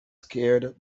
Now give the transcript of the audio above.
scared